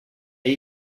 are